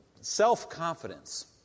self-confidence